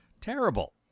Terrible